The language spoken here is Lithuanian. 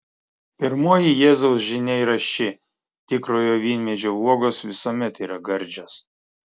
pirmoji jėzaus žinia yra ši tikrojo vynmedžio uogos visuomet yra gardžios